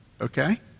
Okay